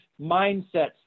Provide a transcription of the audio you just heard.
mindsets